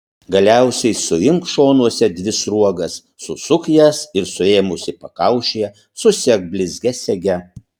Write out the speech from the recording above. galiausiai suimk šonuose dvi sruogas susuk jas ir suėmusi pakaušyje susek blizgia sege